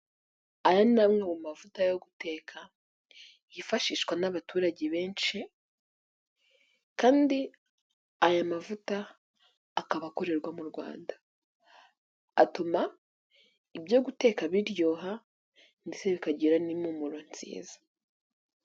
Aya ni amwe mu mavuta yo guteka yifashishwa n'abaturage benshi, kandi aya mavuta akaba akorerwa mu Rwanda atuma ibyo guteka biryoha, ndetse bikagira n'impumuro nziza.